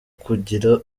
kugira